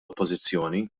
oppożizzjoni